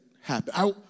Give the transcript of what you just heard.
happen